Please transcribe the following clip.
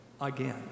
again